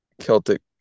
celtic